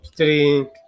drink